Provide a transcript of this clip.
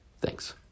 Thanks